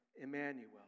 Emmanuel